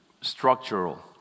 structural